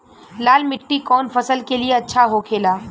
लाल मिट्टी कौन फसल के लिए अच्छा होखे ला?